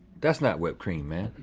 that's not whipped cream, man.